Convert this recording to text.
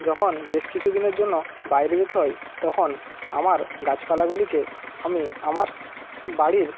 যখন বেশ কিছুদিনের জন্য বাইরে যেতে হয় তখন আমার গাছপালাগুলিকে আমি আমার বাড়ির